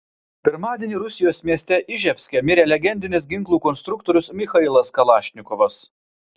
pirmadienį rusijos mieste iževske mirė legendinis ginklų konstruktorius michailas kalašnikovas